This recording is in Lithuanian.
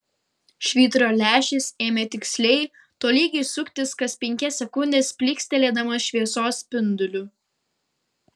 švyturio lęšis ėmė tiksliai tolygiai suktis kas penkias sekundes plykstelėdamas šviesos spinduliu